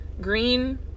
green